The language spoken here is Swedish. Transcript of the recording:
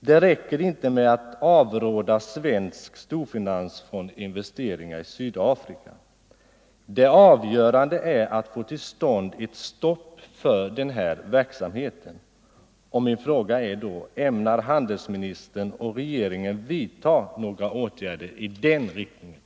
Det räcker inte med att avråda svensk storfinans från investeringar i Sydafrika. Det avgörande är att få till stånd ett stopp för den här verksamheten. Och då är min fråga: Ämnar handelsministern och regeringen vidta några åtgärder i den riktningen?